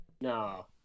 No